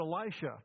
Elisha